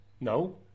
No